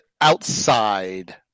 Outside